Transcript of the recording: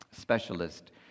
specialist